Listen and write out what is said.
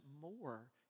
more